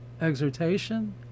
exhortation